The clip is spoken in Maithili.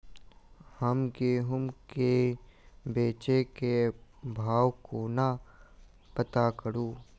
हम गेंहूँ केँ बेचै केँ भाव कोना पत्ता करू?